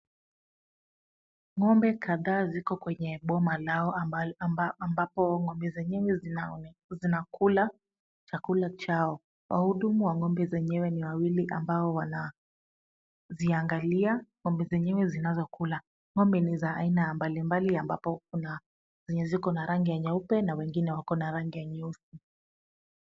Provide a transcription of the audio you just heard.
Ngome kadhaa ziko kwenye boma lao ambapo ngombe zenyewe zina kula chakula chao. Wahudumu wa ngome zenyewe ni wawili ambao wana ziangalia ngombe zenyewe zinazokula. Ngome ni za aina mbalimbali ambapo kuna minyaziko na rangi ya nyeupe na wengine wako na rangi yenyusi.